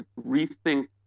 rethink